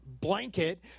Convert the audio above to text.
blanket